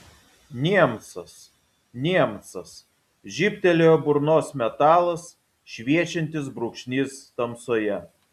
niemcas niemcas žybtelėjo burnos metalas šviečiantis brūkšnys tamsoje